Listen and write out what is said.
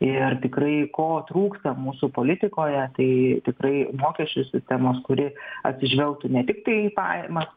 ir tikrai ko trūksta mūsų politikoje tai tikrai mokesčių sistemos kuri atsižvelgtų ne tiktai į pajamas